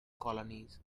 colonies